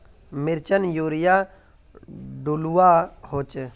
मिर्चान यूरिया डलुआ होचे?